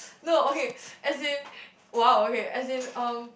no okay as in !wow! okay as in um